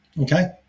okay